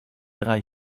drei